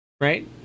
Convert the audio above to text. right